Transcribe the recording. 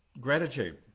gratitude